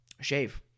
shave